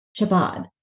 Chabad